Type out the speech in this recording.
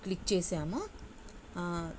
click చేసాము